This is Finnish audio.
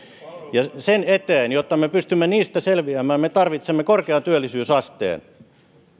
ja sen eteen että me pystymme niistä selviämään me tarvitsemme korkean työllisyysasteen